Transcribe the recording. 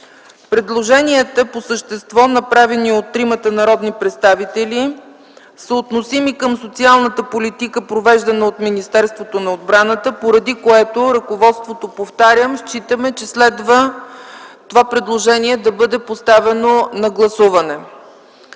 Предложенията, направени от тримата народни представители, са относими към социалната политика, провеждана от Министерството на отбраната, поради което ръководството, повтарям, счита, че това предложение следва да бъде поставено на гласуване.